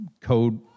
code